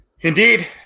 Indeed